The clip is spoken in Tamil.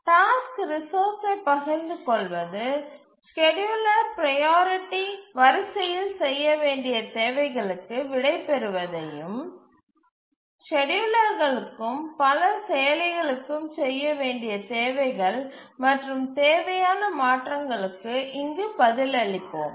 டாஸ்க்குகள் ரிசோர்ஸ்சை பகிர்ந்துகொள்வது ஸ்கேட்யூலர் ப்ரையாரிட்டி வரிசையில் செய்ய வேண்டிய தேவைகளுக்கு விடைபெறுவதையும் ஸ்கேட்யூலர்களுக்கும் பல செயலிகளுக்கும் செய்ய வேண்டிய தேவைகள் மற்றும் தேவையான மாற்றங்களுக்கு இங்கு பதிலளிப்போம்